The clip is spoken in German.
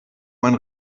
mein